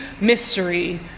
mystery